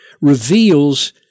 reveals